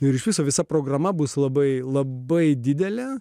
ir iš viso visa programa bus labai labai didelė